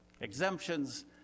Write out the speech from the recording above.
exemptions